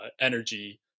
energy